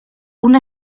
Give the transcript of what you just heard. una